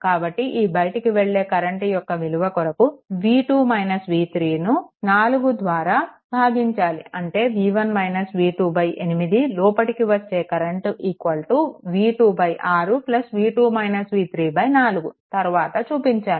కాబట్టి ఈ బయటికి వెళ్ళే కరెంట్ యొక్క విలువ కొరకు ను 4 ద్వారా భాగించాలి అంటే 8 లోపలికి వచ్చే కరెంట్ v2 6 4 తర్వాత చూపించాను